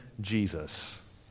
Jesus